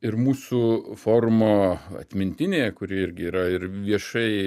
ir mūsų forumo atmintinėje kuri irgi yra ir viešai